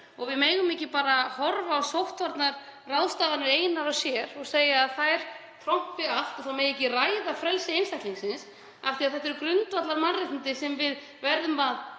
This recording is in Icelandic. um. Við megum ekki bara horfa á sóttvarnaráðstafanir einar og sér og segja að þær trompi allt og að ekki megi ræða frelsi einstaklingsins. Þetta eru grundvallarmannréttindi sem við verðum að